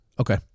Okay